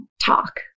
talk